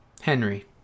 Henry